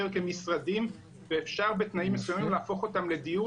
כמשרדים ואפשר בתנאים מסוימים להפוך אותם לדיור,